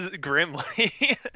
grimly